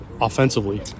offensively